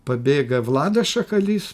pabėga vladas šakalys